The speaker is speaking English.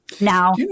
Now